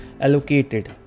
allocated